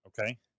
Okay